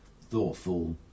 thoughtful